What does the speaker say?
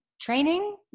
training